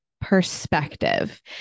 perspective